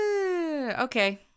Okay